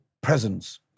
presence